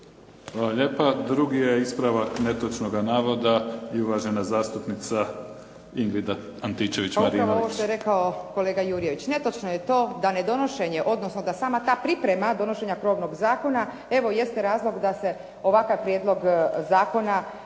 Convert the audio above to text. Hvala lijepa. Drugi je ispravak netočnoga navoda i uvažena zastupnica Ingrid Antičević-Marinović.